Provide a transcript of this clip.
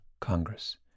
Congress